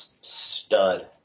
stud